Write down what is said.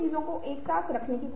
सहायक डेटा और तर्क तैयार करें